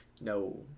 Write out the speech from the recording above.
No